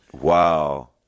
Wow